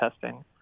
testing